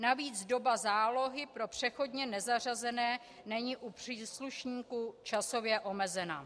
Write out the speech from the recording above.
Navíc doba zálohy pro přechodně nezařazené není u příslušníků časově omezena.